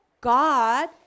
God